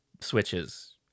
switches